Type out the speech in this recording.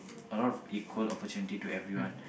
a lot of equal opportunity to everyone